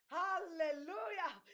hallelujah